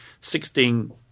Sixteen